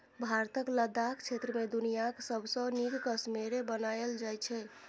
भारतक लद्दाख क्षेत्र मे दुनियाँक सबसँ नीक कश्मेरे बनाएल जाइ छै